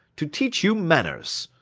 to teach you manners.